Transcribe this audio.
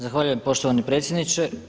Zahvaljujem poštovani predsjedniče.